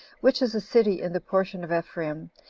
which is a city in the portion of ephraim,